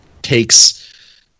takes